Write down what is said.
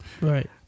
Right